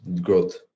growth